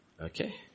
Okay